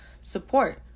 support